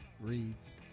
reads